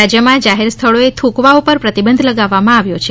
રાજયમાં જાહેર સ્થળોએ થુંકવા પર પ્રતિબંધ લગાવવામાં આવ્યો છે